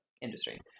Industry